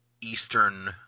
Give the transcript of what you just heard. eastern